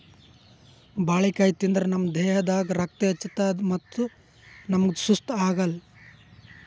ಬಾಳಿಕಾಯಿ ತಿಂದ್ರ್ ನಮ್ ದೇಹದಾಗ್ ರಕ್ತ ಹೆಚ್ಚತದ್ ಮತ್ತ್ ನಮ್ಗ್ ಸುಸ್ತ್ ಆಗಲ್